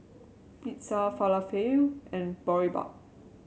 Pizza Falafel and Boribap